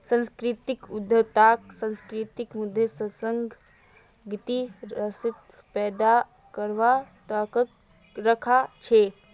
सांस्कृतिक उद्यमितात सांस्कृतिक मूल्येर संगे संगे वित्तीय राजस्व पैदा करवार ताकत रख छे